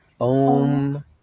Om